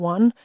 One